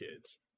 kids